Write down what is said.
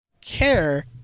care